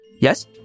Yes